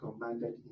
commanded